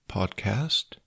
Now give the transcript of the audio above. Podcast